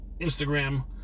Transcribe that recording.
Instagram